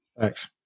Thanks